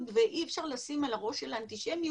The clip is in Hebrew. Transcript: ואי אפשר לשים על הראש של האנטישמיות